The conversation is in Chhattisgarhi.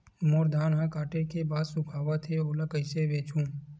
मोर धान ह काटे के बाद सुखावत हे ओला कइसे बेचहु?